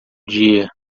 dia